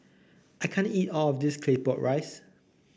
I can't eat all of this Claypot Rice